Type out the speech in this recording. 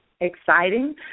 exciting